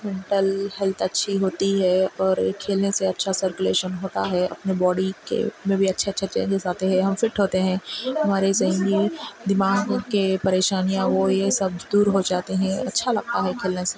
mental health اچھی ہوتی ہے اور یہ کھیلنے سے اچھا سرکولیشن ہوتا ہے اپنے باڈی کے میں بھی اچھے اچھے چینجیز آتے ہیں ہم فٹ ہوتے ہیں ہمارے ذہنی دماغ کے پریشانیاں وہ یہ سب دور ہو جاتے ہیں اچھا لگتا ہے کھیلنے سے